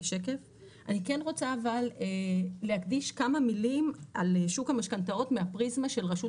אני כן רוצה אבל להקדיש כמה מילים על שוק המשכנתאות מהפריזמה של רשות